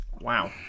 wow